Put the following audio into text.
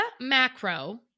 macro